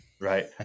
right